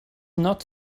not